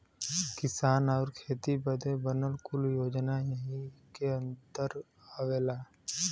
किसान आउर खेती बदे बनल कुल योजना यही के अन्दर आवला